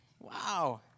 Wow